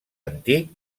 antic